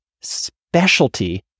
specialty